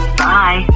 bye